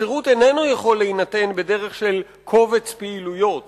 השירות איננו יכול להינתן בדרך של קובץ פעילויות